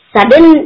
sudden